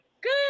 good